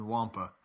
Wampa